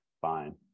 fine